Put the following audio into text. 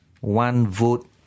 one-vote